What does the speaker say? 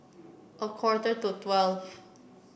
a quarter to twelve